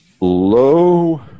low